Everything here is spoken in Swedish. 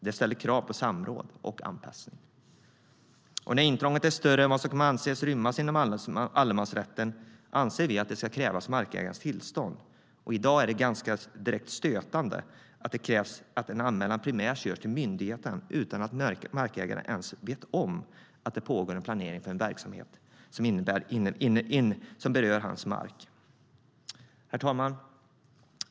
Det ställer krav på samråd och anpassning. Herr talman!